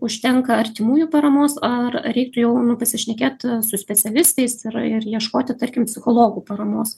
užtenka artimųjų paramos ar ar reiktų jau nu pasišnekėt su specialistais ir ir ieškoti tarkim psichologų paramos